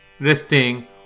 resting